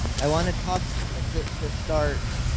i wanna talk, ah to to start,